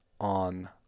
on